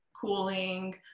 cooling